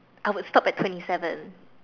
I would stop at twenty seven